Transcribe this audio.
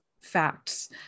facts